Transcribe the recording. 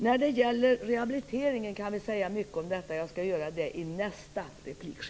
När det gäller rehabiliteringen kan vi säga mycket, och jag skall göra det i nästa replik.